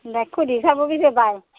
দে সুধি চাব পিছে বাই